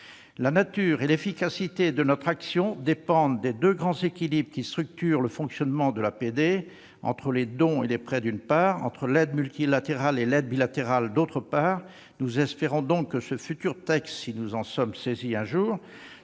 La nature et l'efficacité de notre action dépendent des deux grands équilibres qui structurent le fonctionnement de l'APD : l'équilibre entre les dons et les prêts et l'équilibre entre l'aide multilatérale et l'aide bilatérale. Nous espérons que le futur texte, si nous en sommes saisis un jour,